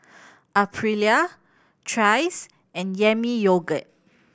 Aprilia Trace and Yami Yogurt